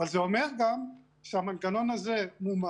אבל זה אומר גם שהמנגנון הזה מומש.